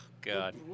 god